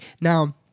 Now